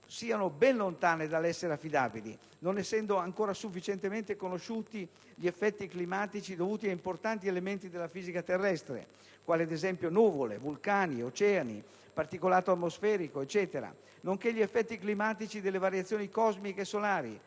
sono ben lontane dall'essere affidabili, non essendo ancora sufficientemente conosciuti gli effetti climatici dovuti ad importanti elementi della fìsica terrestre, quali ad esempio nuvole, vulcani, oceani, particolato atmosferico, eccetera, nonché gli effetti climatici delle variazioni cosmiche e solari,